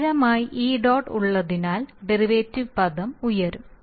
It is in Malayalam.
സ്ഥിരമായ ഇ ഡോട്ട് ഉള്ളതിനാൽ ഡെറിവേറ്റീവ് പദം ഉയരും